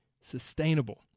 sustainable